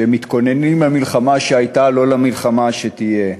שהם מתכוננים למלחמה שהייתה, לא למלחמה שתהיה.